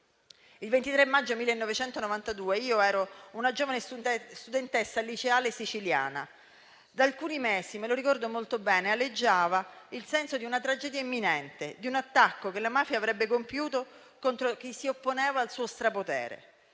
Il 23 maggio 1992 io ero una giovane studentessa liceale siciliana. Da alcuni mesi - me lo ricordo molto bene - aleggiava il senso di una tragedia imminente, di un attacco che la mafia avrebbe compiuto contro chi si opponeva al suo strapotere.